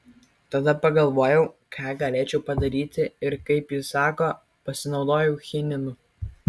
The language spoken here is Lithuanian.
tada pagalvojau ką galėčiau padaryti ir kaip ji sako pasinaudojau chininu